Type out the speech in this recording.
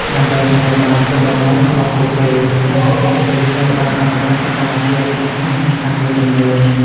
ដើម្បីសម្រេចបានគោលបំណងរបស់ពួកគេ សហគមន៍ព្រៃឈើបានអនុវត្តសកម្មភាពសំខាន់ៗមួយចំនួន។